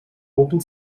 oben